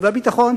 והביטחון,